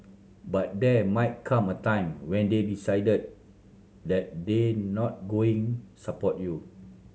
but there might come a time when they decided that they not going support you